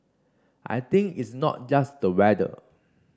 I think it's not just the weather